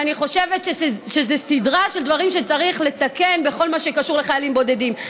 ואני חושבת שזאת סדרה של דברים שצריך לתקן בכל מה שקשור לחיילים בודדים.